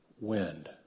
Wind